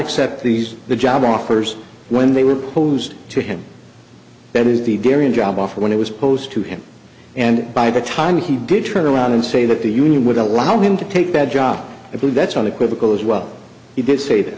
accept these the job offers when they were proposed to him that is the darian job offer when it was posed to him and by the time he did turn around and say that the union would allow him to take that job i believe that's unequivocal as well he did say that